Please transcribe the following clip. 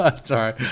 Sorry